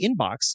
inbox